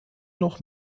noch